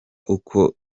uko